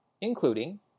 including